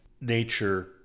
nature